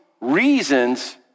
reasons